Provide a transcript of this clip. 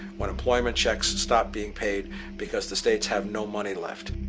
when unemployment checks stop being paid because the states have no money left.